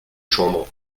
chambre